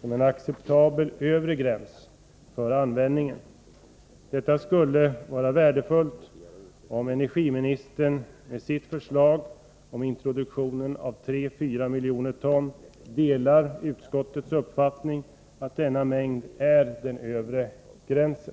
som en acceptabel övre gräns för användning en. Det skulle vara värdefullt om energiministern med sitt förslag om introduktion av 3-4 miljoner ton delade utskottets uppfattning, att denna mängd är en övre gräns.